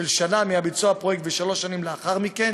שנה מביצוע הפרויקט ושלוש שנים לאחר מכן.